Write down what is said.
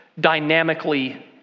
dynamically